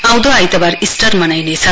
आउँदो आइतबार इस्टर मनाइने छ